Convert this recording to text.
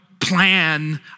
plan